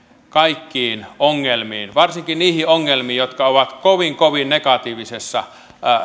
kaikkiin ongelmiin varsinkin niihin ongelmiin jotka ovat kovin kovin negatiivisessa